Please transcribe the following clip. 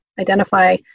identify